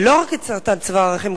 ולא רק את סרטן צוואר הרחם,